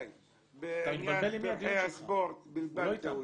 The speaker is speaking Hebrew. בעניין פרחי הספורט בלבלת אותי.